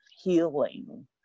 healing